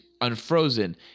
unfrozen